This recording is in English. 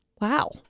Wow